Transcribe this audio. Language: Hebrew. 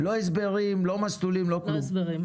לא הסברים, לא מסלולים, לא כלום.